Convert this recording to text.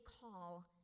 call